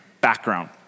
Background